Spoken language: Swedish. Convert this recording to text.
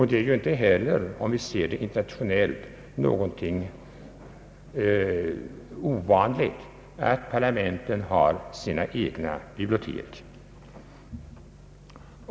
Det är ju inte heller, internationellt sett, något ovanligt att parlamenten har sina egna bibliotek.